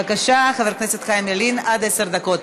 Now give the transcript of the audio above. בבקשה, חבר הכנסת חיים ילין, עד עשר דקות.